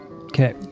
Okay